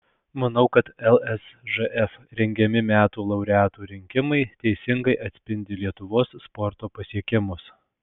manau kad lsžf rengiami metų laureatų rinkimai teisingai atspindi lietuvos sporto pasiekimus